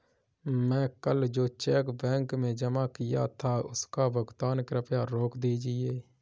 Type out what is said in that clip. मैं कल जो चेक बैंक में जमा किया था उसका भुगतान कृपया रोक दीजिए